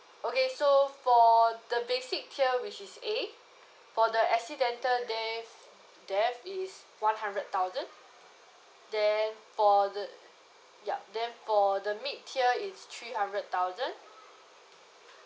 okay so for the basic tier which is A for the accidental death death is one hundred thousand then for the ya then for the mid tier is three hundred thousand